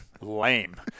lame